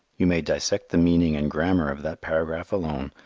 you may dissect the meaning and grammar of that paragraph alone.